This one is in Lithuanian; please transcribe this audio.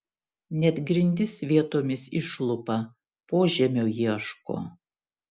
net grindis vietomis išlupa požemio ieško